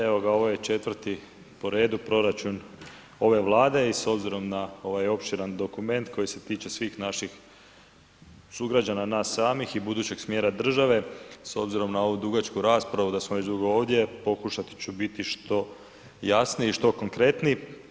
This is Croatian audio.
Evo ga, ovo je 4. po redu proračun ove Vlade i s obzirom na ovaj opširan dokument koji se tiče svih naših sugrađana, nas samih i budućeg smjera države, s obzirom na ovu dugačku raspravu, da smo već dugo ovdje, pokušat ću biti što jasniji i što konkretniji.